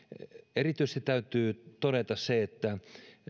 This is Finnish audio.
erityisesti täytyy todeta se että